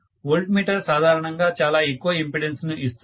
volt meter సాధారణంగా చాలా ఎక్కువ ఇంపెడన్స్ ను ఇస్తుంది